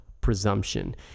presumption